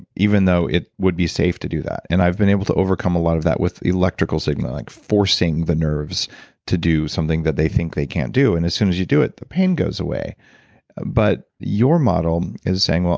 even though it would be safe to do that. and i've been able to overcome a lot of that with electrical signal. like forcing the nerves to do something that they think they can do and as soon as you do it the pain goes away but your model is saying,